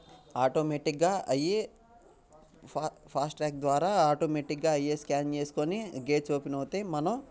ఆటోమేటిక్గా అవి fast track ద్వారా ఆటోమేటిక్గా అవే స్కాన్ చేసుకోని గేట్స్ ఓపెన్ అవుతాయి మనం